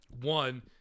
one